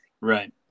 Right